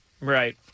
Right